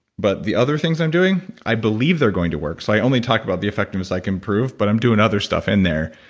but the other things i'm doing, i believe they're going to work. so i only talk about the effectiveness like improve, but i'm doing other stuff in there.